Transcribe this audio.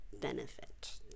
benefit